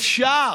אפשר.